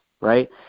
right